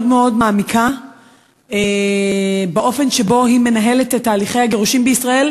מאוד מעמיקה באופן שבו היא מנהלת את הליכי הגירושין בישראל,